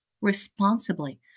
responsibly